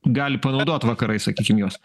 gali panaudot vakarai sakykim juos